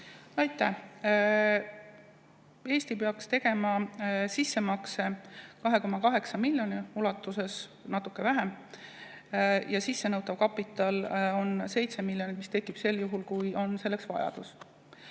Aitäh! Eesti peaks tegema sissemakse 2,8 miljoni ulatuses, natuke vähem. Sissenõutav kapital on 7 miljonit, [seda makstakse] sel juhul, kui selleks on vajadus.